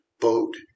boat